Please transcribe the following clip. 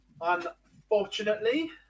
unfortunately